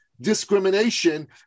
discrimination